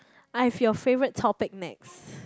I have your favourite topic next